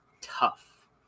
tough